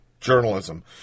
journalism